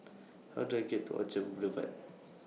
How Do I get to Orchard Boulevard